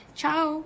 ciao